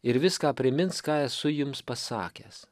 ir viską primins ką esu jums pasakęs